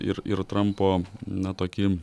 ir ir trampo na tokį